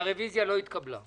רוב הרביזיה לא התקבלה.